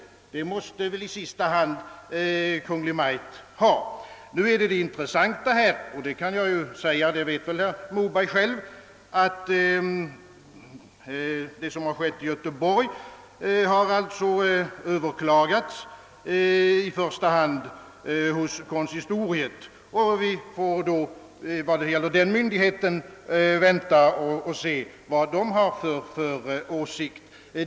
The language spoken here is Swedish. — Det måste väl i sista hand Kungl. Maj:t ha. Det intressanta i det berörda fallet — det kan jag ju säga här, eftersom herr Moberg själv vet det lika bra — är att det beslut som fattats i Göteborg har överklagats, i första hand hos konsistoriet. Vi får alltså först vänta och se vad den myndigheten har för åsikt.